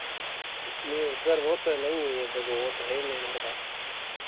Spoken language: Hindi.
नहीं वह सर वह तो नहीं है यह वह तो है ही नहीं हमारे पास